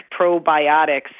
probiotics